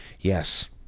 Yes